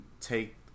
take